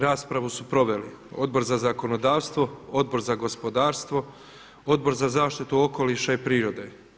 Raspravu su proveli Odbor za zakonodavstvo, Odbor za gospodarstvo, Odbor za zaštitu okoliša i prirode.